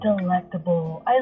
delectable